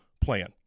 plan